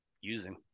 using